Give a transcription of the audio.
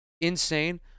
insane